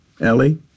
Ellie